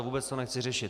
Vůbec to nechci řešit.